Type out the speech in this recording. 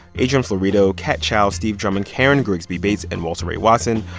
adrian florido, kat chow, steve drummond, karen grigsby bates and walter ray watson.